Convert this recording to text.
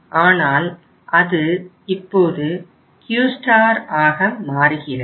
ஆனால் அது இப்போது Q ஸ்டார் ஆக மாறுகிறது